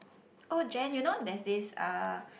oh Jen you know there's this uh